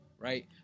right